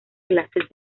clases